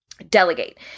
delegate